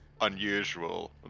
unusual